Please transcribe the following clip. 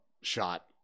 shot